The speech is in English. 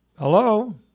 Hello